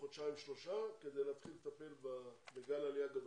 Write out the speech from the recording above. חודשיים-שלושה כדי להתחיל לטפל בגל עלייה גדול.